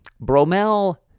Bromel